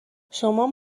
شمام